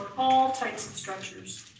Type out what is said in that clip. all types of structures.